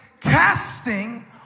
casting